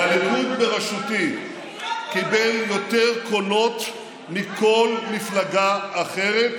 והליכוד בראשותי קיבל יותר קולות מכל מפלגה אחרת